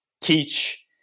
teach